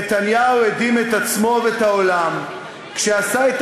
נתניהו הדהים את עצמו ואת העולם כשעשה את